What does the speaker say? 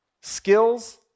Skills